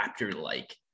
Raptor-like